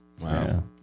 Wow